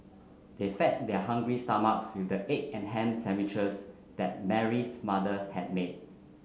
they fed their hungry stomachs with the egg and ham sandwiches that Mary's mother had made